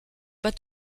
pas